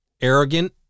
arrogant